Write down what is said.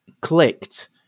clicked